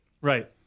Right